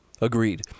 Agreed